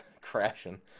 crashing